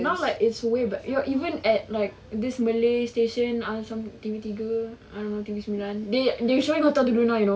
now like it's way ba~ even at like this malay station ah some T_V tiga atau T_V sembilan they they showing hotel del luna now you know